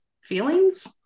feelings